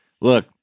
Look